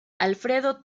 alfredo